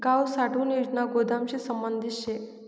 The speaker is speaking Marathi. गाव साठवण योजना गोदामशी संबंधित शे